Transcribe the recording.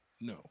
no